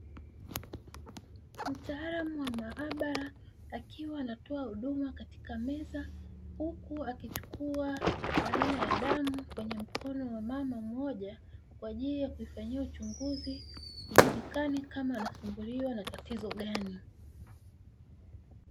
Mtaalamu wa maabara akiwa anatoa huduma katika meza, huku akichukua aina ya damu kwenye mkono wa mama mmoja, kwa ajili ya kuifanyia uchunguzi ijulikane kama anasumbuliwa na tatizo gani.